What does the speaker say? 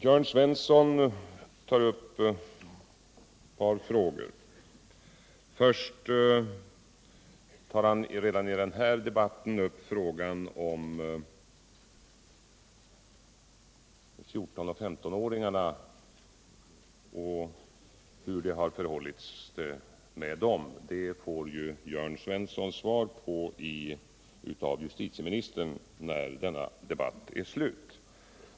Jörn Svensson tog redan i den här debatten upp frågan hur det förhåller sig med 14—-15-åringarna — den får ju Jörn Svensson svar på av justitieministern när denna debatt är slut.